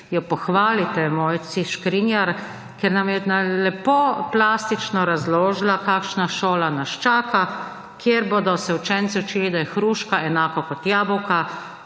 jo pohvalite, Mojci Škrinjar, ker nam je lepo plastično razložila kakšna šola nas čaka, kjer bodo se učenci učili, da je hruška enako kot jabolko,